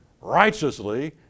righteously